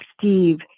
Steve